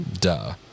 Duh